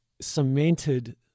cemented